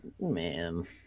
man